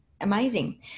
amazing